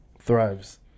thrives